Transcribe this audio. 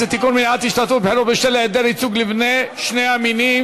מניעת השתתפות בבחירות בשל היעדר ייצוג לבני שני המינים),